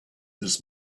this